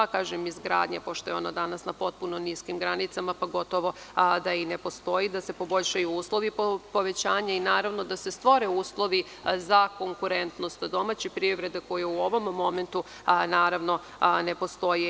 Kažem izgradnje pošto je ona danas na potpuno niskim granicama, pa gotovo i da ne postoji, da se poboljšaju uslovi i naravno da se stvore uslovi za konkurentnost domaće privrede koja u ovom momentu ne postoji.